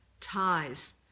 ties